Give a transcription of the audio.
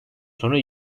sonra